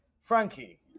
frankie